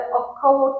około